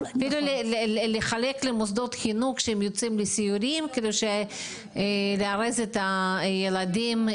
לחלק למוסדות חינוך כשהם יוצאים לטיולים ואורזים את התיקים.